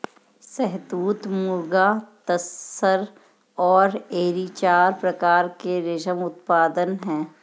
शहतूत, मुगा, तसर और एरी चार प्रकार के रेशम उत्पादन हैं